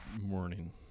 morning